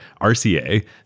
RCA